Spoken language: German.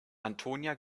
antonia